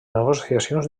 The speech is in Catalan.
negociacions